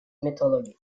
mythology